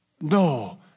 No